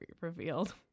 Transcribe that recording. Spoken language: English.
revealed